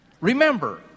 Remember